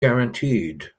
guaranteed